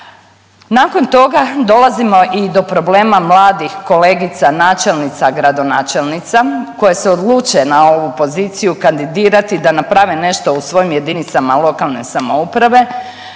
Nakon toga dolazimo i do problema mladih kolegica načelnica i gradonačelnica koje se odluče na ovu poziciju kandidirati da naprave nešto u svojim JLS, međutim kada one